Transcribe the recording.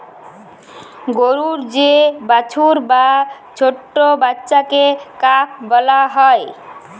গরুর যে বাছুর বা ছট্ট বাচ্চাকে কাফ ব্যলা হ্যয়